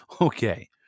Okay